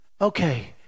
okay